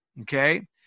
okay